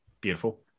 Beautiful